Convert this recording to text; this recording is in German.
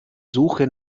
suche